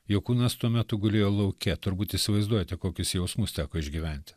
jo kūnas tuo metu gulėjo lauke turbūt įsivaizduojate kokius jausmus teko išgyventi